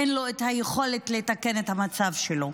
אין לו יכולת לתקן את המצב שלו.